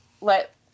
let